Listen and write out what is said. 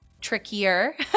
trickier